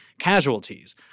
casualties